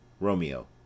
Romeo